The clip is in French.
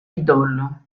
idole